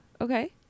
Okay